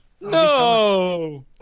No